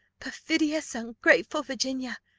perfidious, ungrateful virginia!